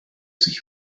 sich